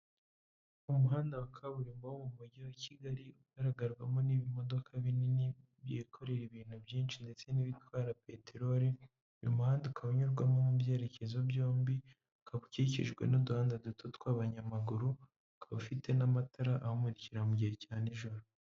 Umuhanda wa kaburimbo wo mu mujyi wa Kigali, ugaragarwamo n'ibimodoka binini byikorera ibintu byinshi ndetse n'ibitwara peteroli, uyu muhanda ukaba unyurwamo mu byerekezo byombi, ukaba ukikijwe n'uduhanda duto tw'abanyamaguru, akaba afite n'amatara amurikira mu gihe cya nijoro.